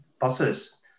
buses